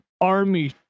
army